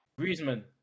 Griezmann